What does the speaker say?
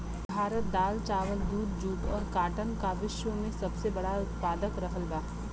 भारत दाल चावल दूध जूट और काटन का विश्व में सबसे बड़ा उतपादक रहल बा